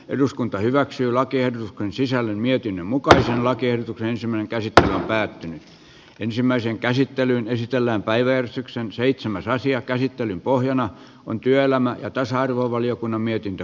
eduskunta hyväksyy lakien sisällön mietinnön mukaisen lakiehdotuksen ensimmäinen käsittely päättynyt ensimmäiseen käsittelyyn esitellään päiväystyksen seitsemän rasia käsittelyn pohjana on työelämä ja tasa arvovaliokunnan mietintö